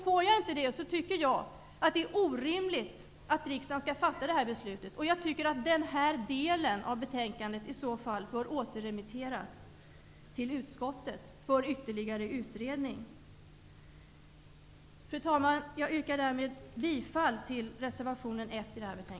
Om jag inte får det, tycker jag att det är orimligt att riksdagen skall fatta det här beslutet. Den här delen av betänkandet bör i så fall återremitteras till utskottet för ytterligare utredning. Fru talman! Jag yrkar därmed bifall till reservation